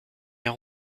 bien